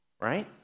right